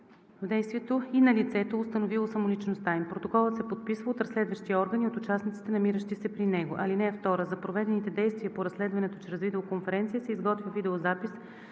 в действието и на лицето, установило самоличността им. Протоколът се подписва от разследващия орган и от участниците, намиращи се при него. (2) За проведените действия по разследването чрез видеоконференция се изготвя видеозапис